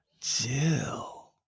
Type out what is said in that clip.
Jill